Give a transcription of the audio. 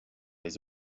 les